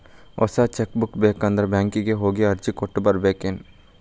ಹೊಸ cheque book ಬೇಕಂದ್ರ ಬ್ಯಾಂಕಿಗೆ ಹೋಗಿ ಅರ್ಜಿ ಕೊಟ್ಟ ಬರ್ಬೇಕೇನ್